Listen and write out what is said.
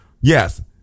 Yes